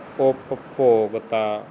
ਉਪਭੋਗਤਾ